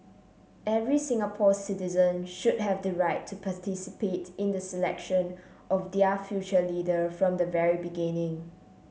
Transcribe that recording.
every Singapore citizen should have the right to participate in the selection of their future leader from the very beginning